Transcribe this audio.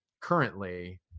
currently